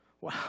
wow